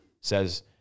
says